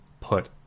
put